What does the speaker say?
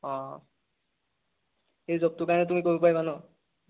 অঁ এই জবটোৰ কাৰণে তুমি কৰিব পাৰিবা ন